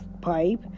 Pipe